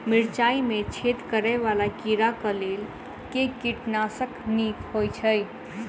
मिर्चाय मे छेद करै वला कीड़ा कऽ लेल केँ कीटनाशक नीक होइ छै?